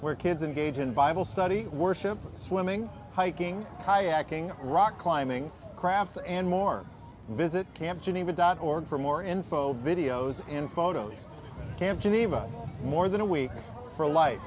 where kids and gage in viable study worship swimming hiking kayaking rock climbing crafts and more visit camp geneva dot org for more info videos and photos can geneva more than a week for life